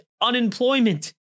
unemployment